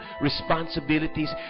responsibilities